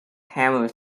hammer